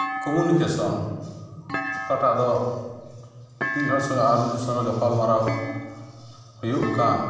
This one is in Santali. ᱠᱚᱢᱤᱭᱩᱱᱤᱠᱮᱥᱚᱱ ᱚᱠᱟᱴᱟᱜ ᱫᱚ ᱢᱤᱫ ᱦᱚᱲ ᱥᱚᱸᱜᱮ ᱟᱨ ᱢᱤᱫ ᱦᱚᱲ ᱥᱟᱶ ᱜᱟᱯᱟᱞᱢᱟᱨᱟᱣ ᱦᱩᱭᱩᱜ ᱠᱟᱱ